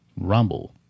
Rumble